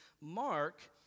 Mark